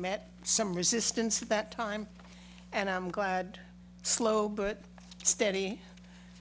met some resistance at that time and i'm glad slow but steady